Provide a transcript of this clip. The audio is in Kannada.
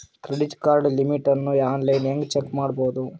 ಕ್ರೆಡಿಟ್ ಕಾರ್ಡ್ ಲಿಮಿಟ್ ಅನ್ನು ಆನ್ಲೈನ್ ಹೆಂಗ್ ಚೆಕ್ ಮಾಡೋದು?